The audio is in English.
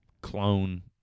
clone